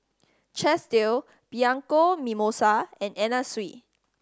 Chesdale Bianco Mimosa and Anna Sui